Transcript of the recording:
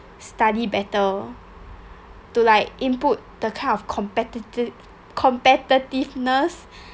study well to like improve the kind of competitive competitiveness